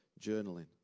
journaling